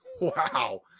Wow